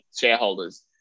shareholders